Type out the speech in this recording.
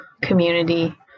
community